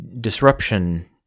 disruption